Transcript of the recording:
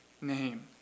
name